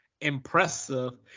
impressive